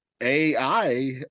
AI